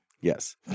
Yes